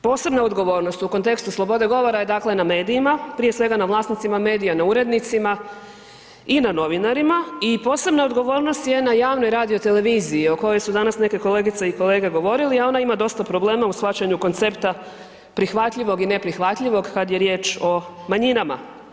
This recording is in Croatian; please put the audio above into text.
Posebna odgovornost u kontekstu slobode govora je, dakle na medijima, prije svega na vlasnicima medija, na urednicima i na novinarima i posebna odgovornost je na javnoj radio televiziji o kojoj su danas neke kolegice i kolege govorili, a ona ima dosta problema u shvaćanju koncepta prihvatljivog i neprihvatljivog kad je riječ o manjinama.